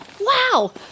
Wow